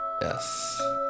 Yes